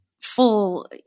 full